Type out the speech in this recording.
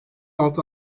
altı